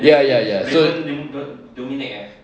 ya ya ya so